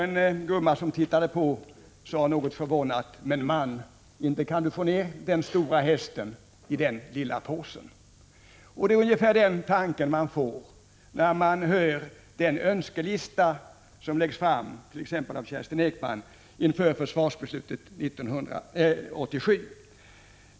En gumma som tittade på sade något förvånad: ”Men man, inte kan du få ner den stora hästen i den lilla påsen!” Det är ungefär den tanken man får när man hör t.ex. Kerstin Ekman läsa upp önskelistan inför försvarsbeslutet 1987.